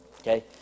Okay